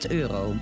euro